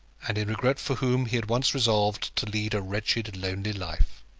and in regret for whom he had once resolved to lead a wretched, lonely life!